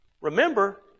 remember